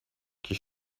qui